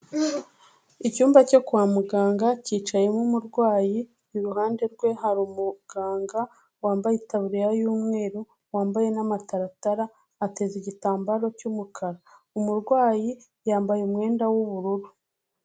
Icyumba cyo kwa muganga cyicayemo umurwayi iruhande rwe hari umuganga wambaye itaburiya y'umweru wambaye n'amataratara, ateze igitambaro cy'umukara, umurwayi yambaye umwenda w'ubururu.